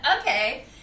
Okay